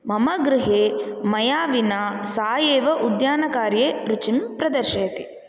मम गृहे मया विना सा एव उद्यान कार्ये रुचिं प्रदर्शयति